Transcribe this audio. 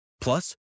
Plus